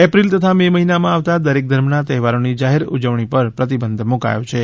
April તથા May મહિનામાં આવતા દરેક ધર્મના તહેવારોની જાહેર ઉજવણી પર પ્રતિબંધ મુકાયો છે